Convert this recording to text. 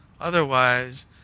Otherwise